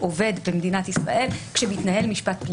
עובד במדינת ישראל כאשר מתנהל משפט פלילי.